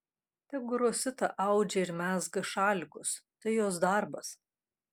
tegu rosita audžia ir mezga šalikus tai jos darbas